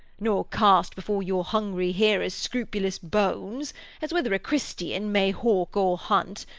nor cast before your hungry hearers scrupulous bones as whether a christian may hawk or hunt,